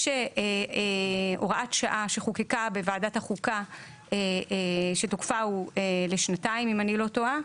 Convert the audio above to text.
יש הוראת שעה שחוקקה בוועדת החוקה שתוקפה הוא לשנתיים אם אני לא טועה,